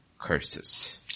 curses